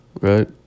right